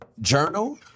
journal